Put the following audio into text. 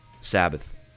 Sabbath